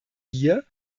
hier